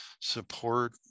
support